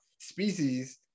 species